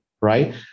right